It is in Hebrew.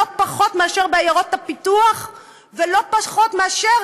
פחות מאשר בעיירות הפיתוח ולא פחות מאשר,